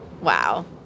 Wow